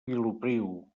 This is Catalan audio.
vilopriu